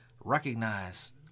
recognize